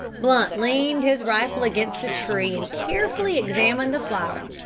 blunt leaned his rifle against a tree, and carefully examined the flower.